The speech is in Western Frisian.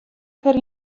kear